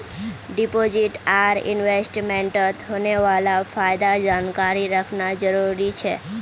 deposit आर इन्वेस्टमेंटत होने वाला फायदार जानकारी रखना जरुरी छे